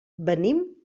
venim